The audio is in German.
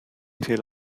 tel